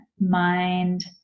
mind